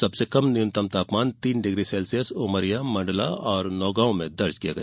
सबसे कम न्यूनतम तापमान तीन डिग्री सेल्सियस उमरिया मण्डला और नौगांव में दर्ज किया गया